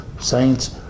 Saints